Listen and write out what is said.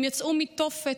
הם יצאו מתופת,